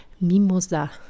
Mimosa